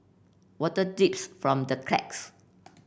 water dips from the cracks